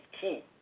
key